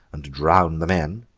and drown the men?